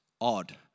odd